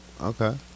Okay